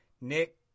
Nick